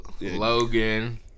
Logan